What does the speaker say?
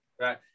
right